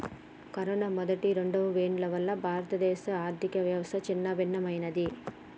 corona మొదటి, రెండవ వేవ్ల వల్ల భారతదేశ ఆర్ధికవ్యవస్థ చిన్నాభిన్నమయ్యినాది